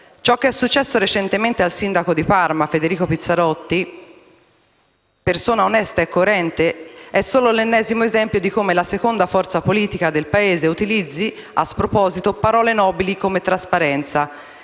Ciò che è successo recentemente al sindaco di Parma Federico Pizzarotti, persona onesta e coerente, è solo l'ennesimo esempio di come la seconda forza politica del Paese utilizzi a sproposito parole nobili come «trasparenza»